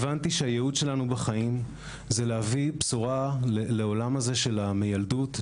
הבנתי שהייעוד שלנו בחיים זה להביא בשורה לעולם הזה של המיילדות,